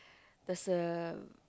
there's a